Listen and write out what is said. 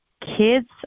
kids